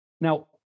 Now